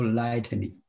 lightly